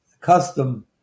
custom